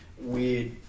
weird